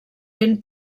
ben